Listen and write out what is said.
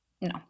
no